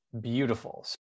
beautiful